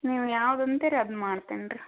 ನೀವು ಯಾವ್ದು ಅಂತೀರಿ ಅದು ಮಾಡ್ತೀನ್ ರೀ